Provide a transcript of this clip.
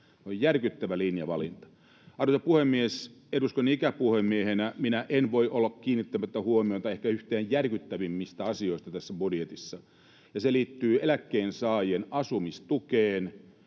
järkyttävä linjavalinta. Arvoisa puhemies! Eduskunnan ikäpuhemiehenä minä en voi olla kiinnittämättä huomiota ehkä yhteen järkyttävimmistä asioista tässä budjetissa, ja se liittyy eläkkeensaajien asumistukeen.